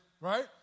right